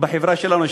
ובחברה שלנו,